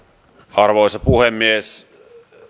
arvoisa puhemies